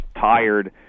tired